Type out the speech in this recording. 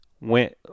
went